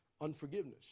unforgiveness